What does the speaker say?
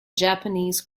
japanese